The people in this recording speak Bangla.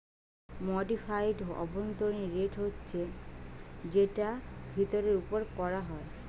মডিফাইড অভ্যন্তরীণ রেট হচ্ছে যেটা ফিরতের উপর কোরা হয়